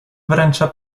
wręczę